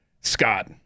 Scott